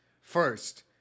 first